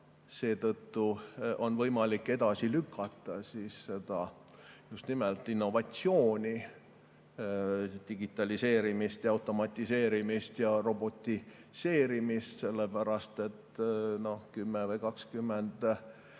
Seetõttu on võimalik edasi lükata innovatsiooni, digitaliseerimist, automatiseerimist ja robotiseerimist, sellepärast et 10, 20